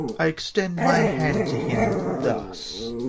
i extend my hand to him thus,